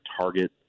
target